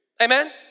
Amen